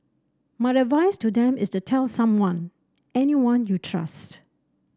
my advice to them is to tell someone anyone you trust